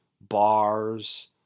bars